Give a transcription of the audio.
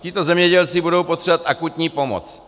Tito zemědělci budou potřebovat akutní pomoc.